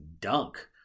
dunk